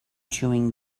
chewing